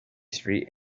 street